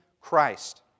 Christ